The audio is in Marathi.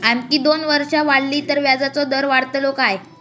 आणखी दोन वर्षा वाढली तर व्याजाचो दर वाढतलो काय?